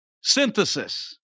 synthesis